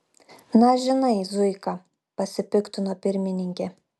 na žinai zuika pasipiktino pirmininkė